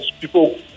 people